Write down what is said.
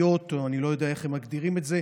או אני לא יודע איך הם מגדירים את זה,